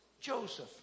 Joseph